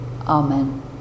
Amen